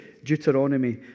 Deuteronomy